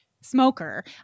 smoker